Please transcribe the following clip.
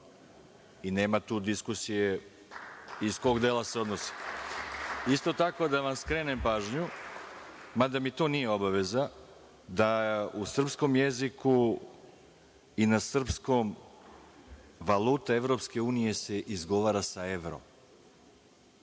i nema tu diskusije iz kog dela se odnosi. Isto tako, da vam skrenem pažnju, mada mi to nije obaveza, da u srpskom jeziku i na srpskom valuta EU se izgovara sa evro.